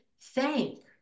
thank